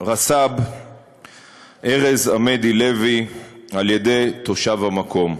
רס"ב ארז עמדי לוי על-ידי תושב המקום.